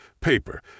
paper